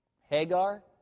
Hagar